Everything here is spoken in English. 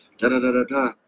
da-da-da-da-da